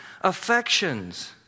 affections